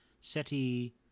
Seti